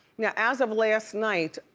now as of last night,